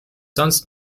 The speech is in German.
sonst